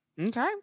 Okay